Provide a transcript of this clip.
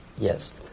Yes